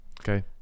Okay